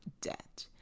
debt